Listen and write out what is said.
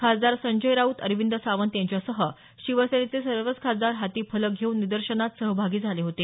खासदार संजय राऊत अरविंद सावंत यांच्यासह शिवसेनेचे सर्वच खासदार हाती फलक घेऊन निदर्शनात सहभागी झाले होते